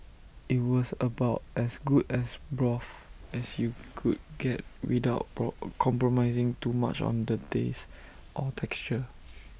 IT was about as good as broth as you could get without compromising too much on taste or texture